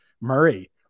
Murray